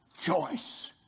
choice